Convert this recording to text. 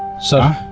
sir.